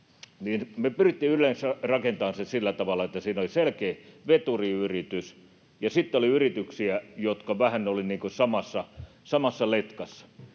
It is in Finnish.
me pyrittiin yleensä rakentamaan se sillä tavalla, että siinä oli selkeä veturiyritys ja sitten oli yrityksiä, jotka vähän olivat niin kuin samassa letkassa.